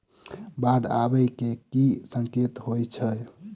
बाढ़ आबै केँ की संकेत होइ छै?